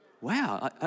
Wow